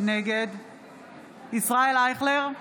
נגד ישראל אייכלר,